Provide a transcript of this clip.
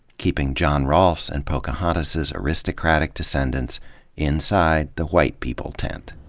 keeping john rolfe's and pocahontas's aristocratic descendants inside the white people tent.